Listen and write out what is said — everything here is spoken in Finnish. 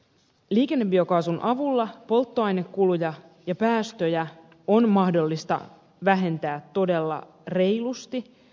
liikennebiokaasun avulla polttoainekuluja ja päästöjä on mahdollista vähentää todella reilusti